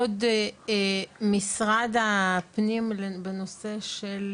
עוד משרד הפנים בנושא של